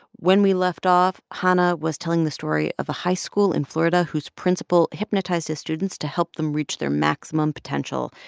when we left off, hanna was telling the story of a high school in florida whose principal hypnotized his students to help them reach their maximum potential.